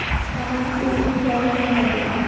सामाजिक नियोजन क्या है समझाइए?